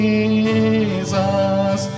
Jesus